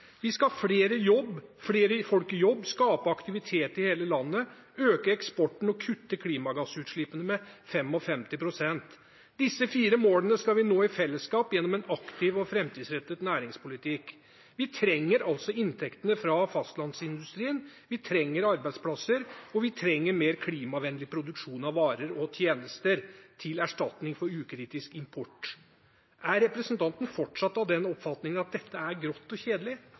Vi skal ha flere folk i jobb, skape aktivitet i hele landet, øke eksporten og kutte klimagassutslippene med 55 pst. Disse fire målene skal vi nå i fellesskap gjennom en aktiv og framtidsrettet næringspolitikk. Vi trenger altså inntektene fra fastlandsindustrien, vi trenger arbeidsplasser, og vi trenger mer klimavennlig produksjon av varer og tjenester, til erstatning for ukritisk import. Er representanten fortsatt av den oppfatning at dette er grått og kjedelig?